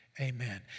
Amen